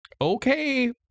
Okay